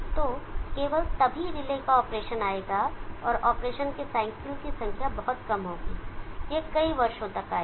तो केवल तभी रिले का ऑपरेशन आएगा और ऑपरेशन के साइकिल की संख्या बहुत कम होगी यह कई वर्षों तक आएगा